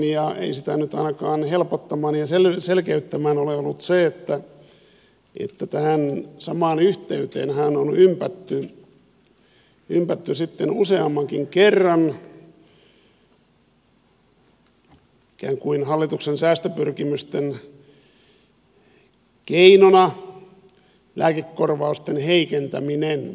ja ei sitä nyt ainakaan helpottamassa ja selkeyttämässä ole ollut se että tähän samaan yhteyteenhän on ympätty sitten useammankin kerran ikään kuin hallituksen säästöpyrkimysten keinona lääkekorvausten heikentäminen